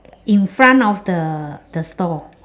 in front of the the store